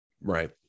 Right